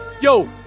Yo